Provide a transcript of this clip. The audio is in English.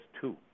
two